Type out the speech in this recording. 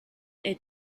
est